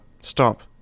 stop